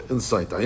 Insight